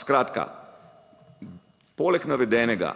Skratka, poleg navedenega